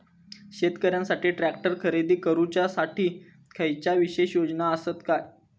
शेतकऱ्यांकसाठी ट्रॅक्टर खरेदी करुच्या साठी खयच्या विशेष योजना असात काय?